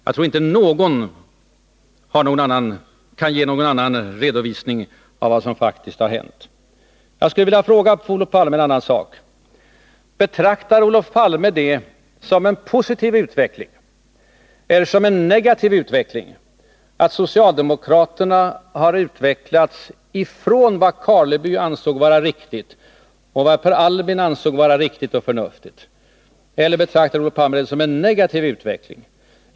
Jag tror inte att någon kan ge någon annan redovisning av vad som faktiskt har hänt. Jag skulle vilja fråga Olof Palme om en annan sak: Betraktar Olof Palme det som en positiv utveckling eller som en negativ utveckling att socialdemokraterna har förändrats från vad Karleby ansåg vara riktigt och vad Per Albin Hansson ansåg vara riktigt? Eller betraktar Olof Palme det som en negativ utveckling?